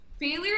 failure